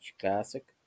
Classic